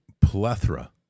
plethora